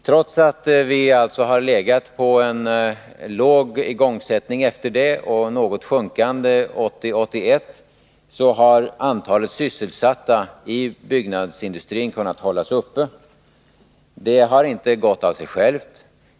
Trots att vi sedan dess har haft en låg och 1980-1981 något sjunkande igångsättning av bostadslägenheter, har antalet sysselsatta i byggnadsindustrin kunnat hållas uppe. Det har inte gått av sig självt.